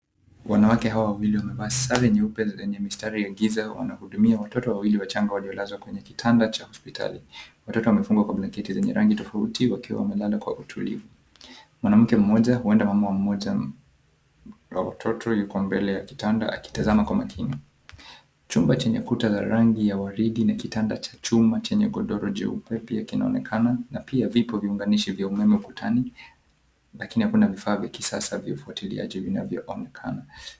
Wanawake hawa wawili wamevaa sare nyeupe zenye mistari ya giza wakihudumia watoto wawili wachanga waliolazwa kwenye kitanda cha hospitali. Watoto wamefungwa blakenti zenye rangi tofauti wakiwa wamelala kwa utulivu. Mwanamke mmoja huenda mama mmoja wa watoto yuko mbele ya kitanda akitazama kwa makini. Chumba chenye kuta za rangi waridi na kitanda cha chuma chenye godoro jeupe pia kinaonekana na pia vipo viunganishi vya umeme ukutani lakini hakuna vifaa vya kisasa vya ufatiliiaji vinaovyoonekana.